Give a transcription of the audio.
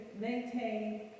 maintain